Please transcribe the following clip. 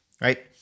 right